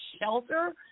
shelter